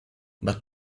but